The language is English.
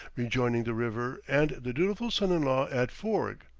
rejoining the river and the dutiful son-in-law at foorg.